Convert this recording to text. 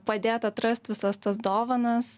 padėt atrast visas tas dovanas